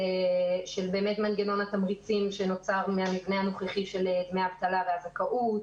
של מנגנון התמריצים שנוצר מן המבנה הנוכחי של דמי אבטלה וזכות,